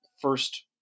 first